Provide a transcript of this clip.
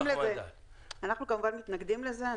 אנחנו כמובן מתנגדים לזה.